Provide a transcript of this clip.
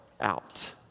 out